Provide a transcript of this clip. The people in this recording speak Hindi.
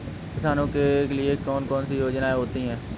किसानों के लिए कौन कौन सी योजनायें होती हैं?